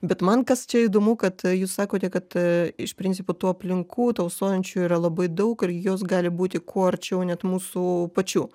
bet man kas čia įdomu kad jūs sakote kad iš principo tų aplinkų tausojančių yra labai daug ir jos gali būti kuo arčiau net mūsų pačių